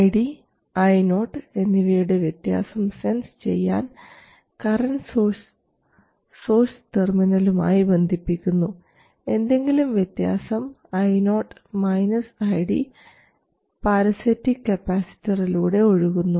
ID Io എന്നിവയുടെ വ്യത്യാസം sense ചെയ്യാൻ കറൻറ് സോഴ്സ് സോഴ്സ് ടെർമിനലും ആയി ബന്ധിപ്പിക്കുന്നു എന്തെങ്കിലും വ്യത്യാസം Io ID പാരസൈറ്റിക് കപ്പാസിറ്ററിലൂടെ ഒഴുകുന്നു